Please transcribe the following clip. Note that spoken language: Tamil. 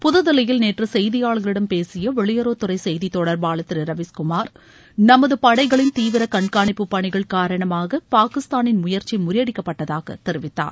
புதுதில்லியில் நேற்று செய்தியாளர்களிடம் பேசிய வெளியுறவுத் துறை செய்தித் தொடர்பாளர் திரு ரவீஷ் குமார் நமது படைகளின் தீவிர கண்காணிப்பு பணிகள் காரணமாக பாகிஸ்தானின் முயற்சி முறியடிக்கப்பட்டதாக தெரிவித்தார்